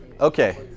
Okay